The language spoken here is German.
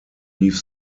rief